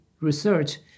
research